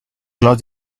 close